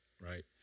right